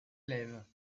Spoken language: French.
lève